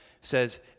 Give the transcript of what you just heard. says